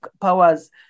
powers